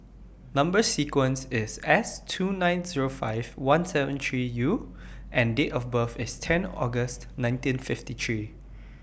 Number sequence IS S two nine Zero five seventeen three U and Date of birth IS ten August nineteen fifty three